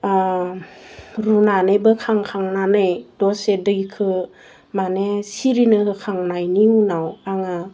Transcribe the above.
रुनानै बोखां खांनानै दसे दैखौ मानि सिरिनो लुखांनायनि उनाव आङो